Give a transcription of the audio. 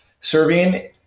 serving